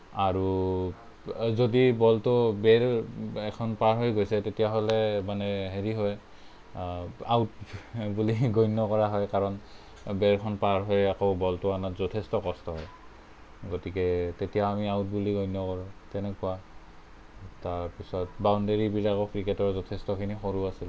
আৰু যদি বলটো বেৰ এখন পাৰ হৈ গৈছে তেতিয়া হ'লে মানে হেৰি হয় আউট বুলি গণ্য কৰা হয় কাৰণ বেৰখন পাৰ হৈ আকৌ বলটো অনাত যথেষ্ট কষ্ট হয় গতিকে তেতিয়া আমি আউট বুলি গণ্য কৰোঁ তেনেকুৱা তাৰ পিছত বাউণ্ডেৰিবিলাকো ক্ৰিকেটৰ যথেষ্টখিনি সৰু আছিল